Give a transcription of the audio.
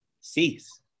Cease